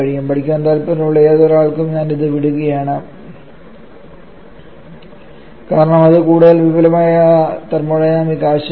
പഠിക്കാൻ താൽപ്പര്യമുള്ള ഏതൊരാൾക്കും ഞാൻ അത് വിടുകയാണ് കാരണം അത് കൂടുതൽ വിപുലമായ തെർമോഡൈനാമിക് ആശയമാണ്